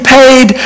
paid